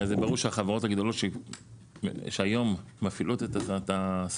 הרי זה ברור שהחברות הגדולות שהיום מפעילות את הסדרנים,